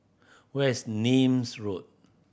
where is Nim's Road